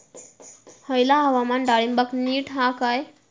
हयला हवामान डाळींबाक नीट हा काय?